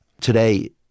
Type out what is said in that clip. today